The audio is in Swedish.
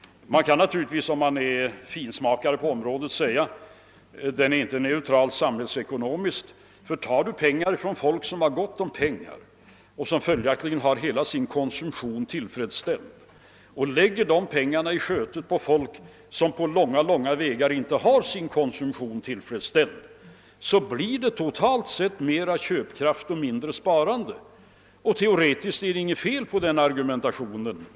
Man kan naturligtvis, om man är finsmakare på området, säga att den inte är samhällsekonomiskt neutral. Tar jag pengar från folk, som har gott om sådana och följaktligen har hela sin konsumtion tillfredsställd, och lägger dessa pengar i skötet på folk som inte på långa vä gar har sin konsumtion tillfredsställd, blir det ju totalt sett mera köpkraft och mindre sparande. Teoretiskt är det inget feil på den argumentationen.